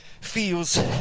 feels